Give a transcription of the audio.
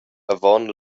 avon